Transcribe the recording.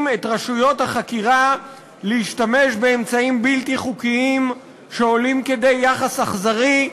את רשויות החקירה להשתמש באמצעים בלתי חוקיים שעולים כדי יחס אכזרי,